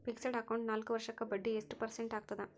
Fixed account ನಾಲ್ಕು ವರ್ಷಕ್ಕ ಬಡ್ಡಿ ಎಷ್ಟು ಪರ್ಸೆಂಟ್ ಆಗ್ತದ?